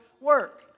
work